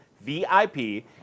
VIP